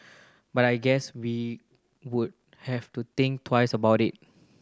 but I guess we would have to think twice about it